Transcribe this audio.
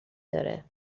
داره